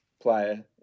player